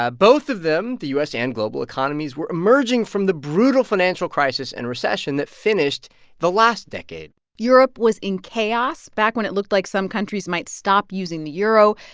ah both of them, the u s. and global economies, were emerging from the brutal financial crisis and recession that finished the last decade europe was in chaos back when it looked like some countries might stop using the euro.